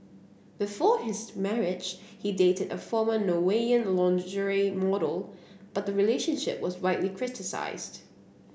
before his marriage he dated a former Norwegian lingerie model but the relationship was widely criticised